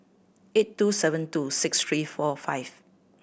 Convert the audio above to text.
eight two seven two six three four five